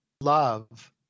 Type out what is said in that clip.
love